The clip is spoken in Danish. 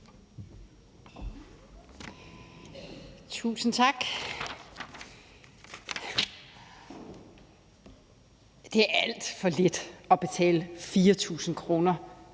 Tusind tak. Det er alt for lidt at betale 4.000 kr.